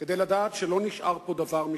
כדי לדעת שלא נשאר פה דבר משלי.